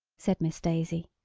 said miss daisy.